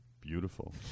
beautiful